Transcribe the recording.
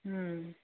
ꯎꯝ